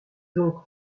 donc